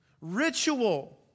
ritual